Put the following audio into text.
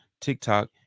TikTok